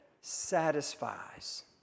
satisfies